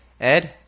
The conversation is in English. Ed